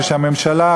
כשהממשלה,